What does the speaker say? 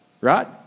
Right